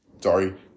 Sorry